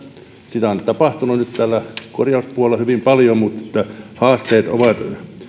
sitä on nyt tapahtunut täällä korjauspuolella hyvin paljon mutta haasteet ovat